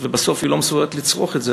ובסוף היא לא מסוגלת לצרוך את זה,